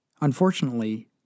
Unfortunately